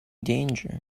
danger